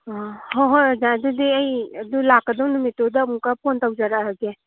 ꯑꯥ ꯍꯣꯏ ꯍꯣꯏ ꯑꯣꯖꯥ ꯑꯗꯨꯗꯤ ꯑꯩ ꯑꯗꯨ ꯂꯥꯛꯀꯗꯧ ꯅꯨꯃꯤꯠꯇꯨꯗ ꯑꯃꯨꯛꯀ ꯐꯣꯟ ꯇꯧꯖꯔꯛꯑꯒꯦ